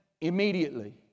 immediately